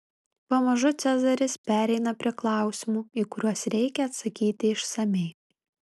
pamažu cezaris pereina prie klausimų į kuriuos reikia atsakyti išsamiai